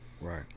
Right